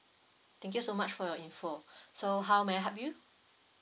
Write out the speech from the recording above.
thank you so much for your info so how may I help you